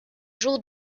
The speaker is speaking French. jour